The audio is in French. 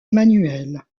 emmanuel